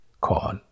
call